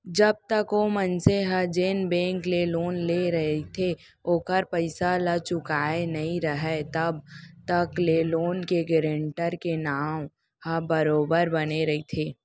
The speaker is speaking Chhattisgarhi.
जब तक ओ मनसे ह जेन बेंक ले लोन लेय रहिथे ओखर पइसा ल चुकाय नइ राहय तब तक ले लोन के गारेंटर के नांव ह बरोबर बने रहिथे